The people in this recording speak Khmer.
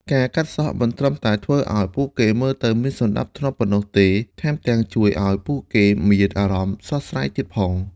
ការកាត់សក់មិនត្រឹមតែធ្វើឱ្យពួកគេមើលទៅមានសណ្ដាប់ធ្នាប់ប៉ុណ្ណោះទេ ថែមទាំងជួយឱ្យពួកគេមានអារម្មណ៍ស្រស់ស្រាយទៀតផង។